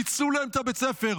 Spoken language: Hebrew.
פיצלו להם את בית הספר,